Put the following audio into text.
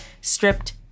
stripped